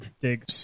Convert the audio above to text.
dig